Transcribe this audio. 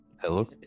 hello